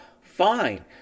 fine